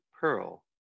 pearl